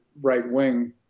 right-wing